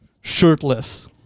Shirtless